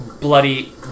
Bloody